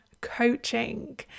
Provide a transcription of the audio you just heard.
coaching